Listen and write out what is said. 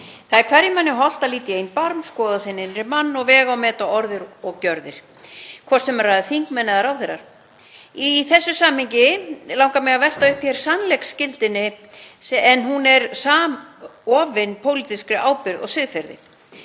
Það er hverjum manni hollt að líta í eigin barm, skoða sinn innri mann og vega og meta orð og gjörðir, hvort sem um er að ræða þingmenn eða ráðherra. Í þessu samhengi langar mig að velta upp hér sannleiksskyldunni, en hún er samofin pólitískri ábyrgð og siðferði.